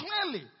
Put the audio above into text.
clearly